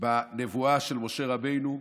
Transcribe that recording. בנבואה של משה רבנו,